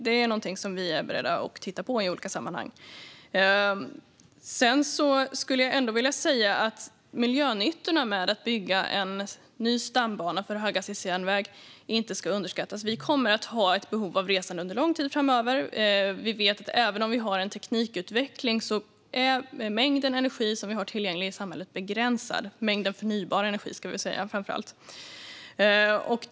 Detta är något som vi är beredda att titta på i olika sammanhang. Sedan skulle jag vilja säga att miljönyttan med att bygga en ny stambana för höghastighetsjärnväg inte ska underskattas. Vi kommer att ha ett behov av resande under lång tid framöver. Vi vet att även om vi har en teknikutveckling är den mängd energi, framför allt förnybar energi, som vi har tillgänglig i samhället begränsad.